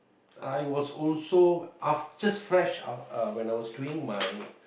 I was also af~ just fresh out uh when I was doing my